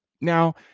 now